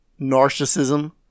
narcissism